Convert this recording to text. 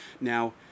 Now